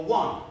one